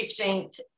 15th